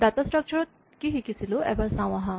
data structure ত কি শিকিছিলোঁ এবাৰ চাওঁ আহা